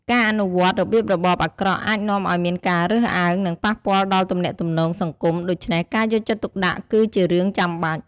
ការអនុវត្តរបៀបរបបអាក្រក់អាចនាំឲ្យមានការរើសអើង និងប៉ះពាល់ដល់ទំនាក់ទំនងសង្គម ដូច្នេះការយកចិត្តទុកដាក់គឺជារឿងចាំបាច់។